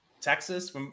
Texas